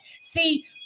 See